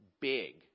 big